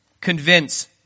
Convince